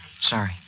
Sorry